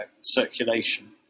circulation